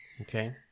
Okay